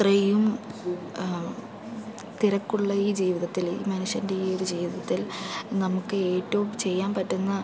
ഇത്രയും തിരക്കുള്ള ഈ ജീവിതത്തില് മനുഷ്യൻ്റെ ഈ ഒരു ജീവിതത്തിൽ നമുക്ക് ഏറ്റവും ചെയ്യാൻ പറ്റുന്ന